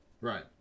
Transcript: Right